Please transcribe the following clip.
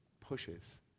pushes